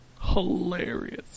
Hilarious